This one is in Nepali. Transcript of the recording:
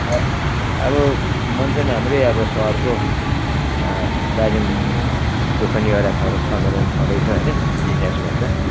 अब मञ्चन हाम्रो अब सहरको दार्जिलिङ दुःख निवारक हल सम्मेलन छँदै छ होइन जिडिएनएस भन्छ